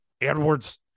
Edwards